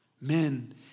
men